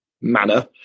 manner